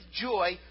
joy